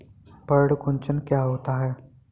पर्ण कुंचन क्या होता है?